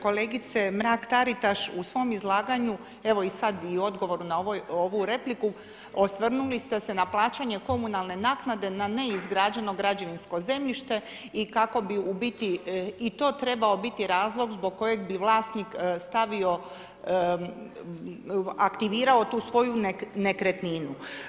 Kolegice Mrak-Taritaš, u svom izlaganju, evo i sad i odgovor na ovu repliku osvrnuli ste se na plaćanje komunalne naknade na neizgrađeno građevinsko zemljište i kako bi u biti i to trebao biti razlog zbog kojeg bi vlasnik stavio, aktivirao tu svoju nekretninu.